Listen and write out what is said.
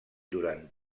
durant